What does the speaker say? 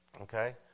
Okay